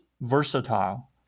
versatile